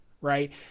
right